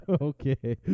okay